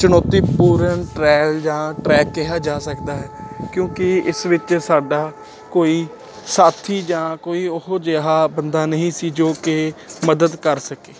ਚੁਣੌਤੀਪੂਰਨ ਟਰੈਲ ਜਾਂ ਟਰੈਕ ਕਿਹਾ ਜਾ ਸਕਦਾ ਹੈ ਕਿਉਂਕਿ ਇਸ ਵਿੱਚ ਸਾਡਾ ਕੋਈ ਸਾਥੀ ਜਾਂ ਕੋਈ ਉਹੋ ਜਿਹਾ ਬੰਦਾ ਨਹੀਂ ਸੀ ਜੋ ਕਿ ਮਦਦ ਕਰ ਸਕੇ